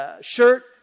shirt